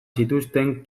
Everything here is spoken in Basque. zituzten